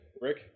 rick